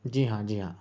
جی ہاں جی ہاں